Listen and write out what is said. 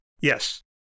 Yes